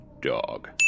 Dog